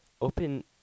open